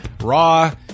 Raw